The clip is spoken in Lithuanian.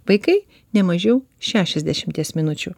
vaikai ne mažiau šešiasdešimties minučių